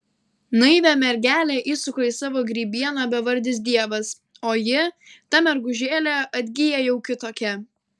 naivią mergelę įsuka į savo grybieną bevardis dievas o ji ta mergužėlė atgyja jau kitokia